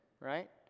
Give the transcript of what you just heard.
right